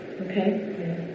Okay